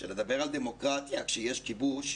שלדבר על דמוקרטיה כשיש כיבוש,